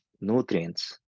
nutrients